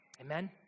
Amen